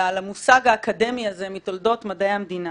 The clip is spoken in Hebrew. למושג האקדמי הזה מתולדות מדעי המדינה.